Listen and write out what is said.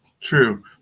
True